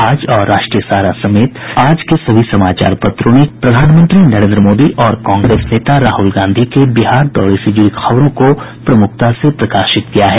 आज और राष्ट्रीय सहारा समेत सभी समाचार पत्रों ने प्रधानमंत्री नरेन्द्र मोदी और कांग्रेस नेता राहुल गांधी के बिहार दौरे से जुड़ी खबरों को भी प्रमुखता से प्रकाशित किया है